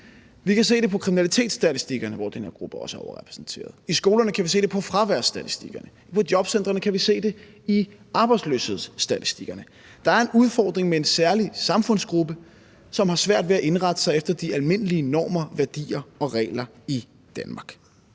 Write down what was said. Vi kan se det på kriminalitetsstatistikkerne, hvor den her gruppe også er overrepræsenteret. I skolerne kan vi se det på fraværsstatistikkerne, ude på jobcentrene kan vi se det i arbejdsløshedsstatistikkerne. Der er en udfordring med en særlig samfundsgruppe, som har svært ved at indrette sig efter de almindelige normer, værdier og regler i Danmark,